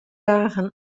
dagen